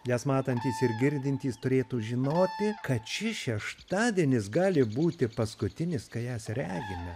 nes matantys ir girdintys turėtų žinoti kad šis šeštadienis gali būti paskutinis kai jas regime